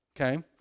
Okay